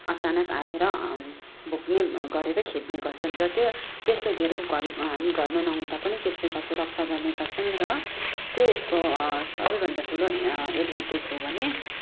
अचानाक आएर भुक्ने गरेर खेद्ने गर्छन् र त्यो त्यसले धेर घर हामी घरमा नहुँदा पनि त्यसले घरको रक्षा गर्ने गर्छन् र त्यो यसको सबैभन्दा ठुलो एडभान्टेज हो भने